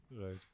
Right